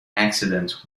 accident